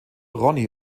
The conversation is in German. ronnie